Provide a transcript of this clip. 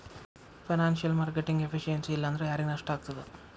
Financial marketing efficiency ಇಲ್ಲಾಂದ್ರ ಯಾರಿಗ್ ನಷ್ಟಾಗ್ತದ?